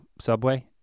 subway